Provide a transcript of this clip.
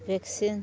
vaccine